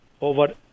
over